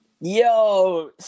Yo